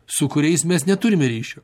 su kuriais mes neturime ryšio